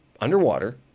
underwater